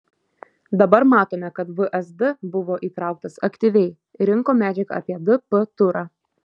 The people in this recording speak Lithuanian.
dabar matome kad vsd buvo įtrauktas aktyviai rinko medžiagą apie dp turą